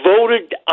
voted